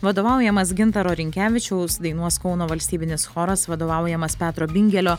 vadovaujamas gintaro rinkevičiaus dainuos kauno valstybinis choras vadovaujamas petro bingelio